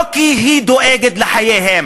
לא כי היא דואגת לחייהם.